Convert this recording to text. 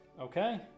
Okay